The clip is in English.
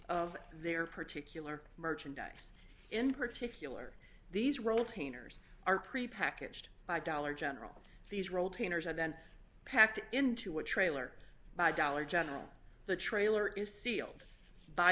of their particular merchandise in particular these roll tanner's are prepackaged by dollar general these are old painters and then packed into a trailer by dollar general the trailer is sealed by